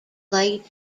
light